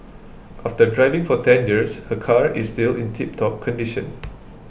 after driving for ten years her car is still in tiptop condition